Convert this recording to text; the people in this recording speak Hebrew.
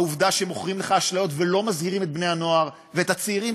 העובדה שמוכרים לך אשליות ולא מזהירים את בני-הנוער ואת הצעירים,